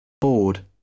bored